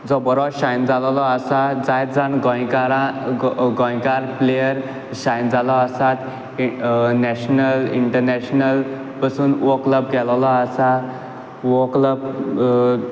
जो बोरो शायन जालोलो आसा जायत जाण गोंयकारा गोंयकार प्लेयर शायन जालो आसात एक नॅशनल इंटरनॅशनल पसून वो क्लब केलोलो आसा वो क्लब